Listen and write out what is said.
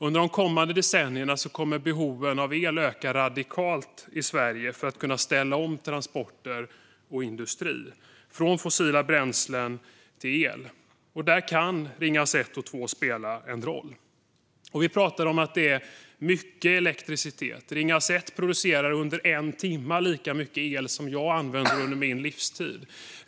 Under de kommande decennierna kommer elbehoven i Sverige att öka radikalt för att transporter och industri från fossila bränslen ska kunna ställas om till el. Då kan Ringhals 1 och 2 spela en roll. Vi talar om verkligt mycket elektricitet. Ringhals 1 producerar under en timme lika mycket el som jag använder under min livstid.